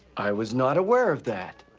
i was not aware of that.